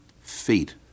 feet